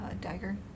dagger